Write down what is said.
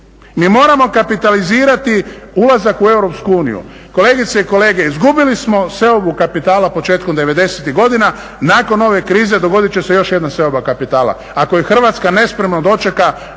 Mi moramo kapitalizirati ulazak u EU. Kolegice i kolege, izgubili smo seobu kapitala početkom devedesetih godina, nakon ove krize dogodit će se još jedna seoba kapitala. Ako je Hrvatska nespremno dočeka,